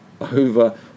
over